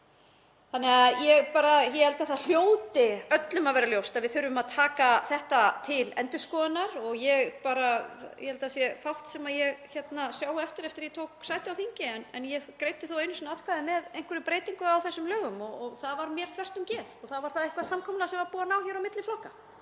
framboði. Ég held að það hljóti öllum að vera ljóst að við þurfum að taka þetta til endurskoðunar. Ég held að það sé fátt sem ég sé eftir eftir að ég tók sæti á þingi en ég greiddi þó einu sinni atkvæði með einhverjum breytingum á þessum lögum og það var mér þvert um geð, það var eitthvert samkomulag sem var búið að ná hér á milli flokka.